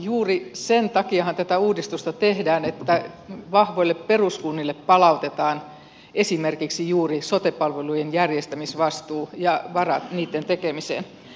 juuri sen takiahan tätä uudistusta tehdään että vahvoille peruskunnille palautetaan esimerkiksi juuri sote palvelujen järjestämisvastuu ja varat niitten tekemiseen